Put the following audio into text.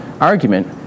argument